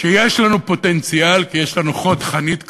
שיש לנו פוטנציאל, כי יש לנו חוד חנית כזה,